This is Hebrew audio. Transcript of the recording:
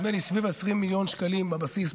זה נדמה לי סביב ה-20 מיליון שקלים בבסיס,